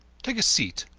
take a seat.